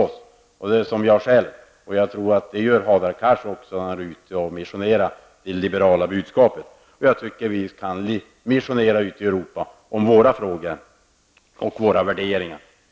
Så gör nog också Hadar Cars när han är ute och missionerar om det liberala budskapet. Jag tycker att vi kan missionera ute i Europa om de frågor och värderingar som vi har.